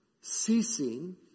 Ceasing